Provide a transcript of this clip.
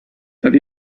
that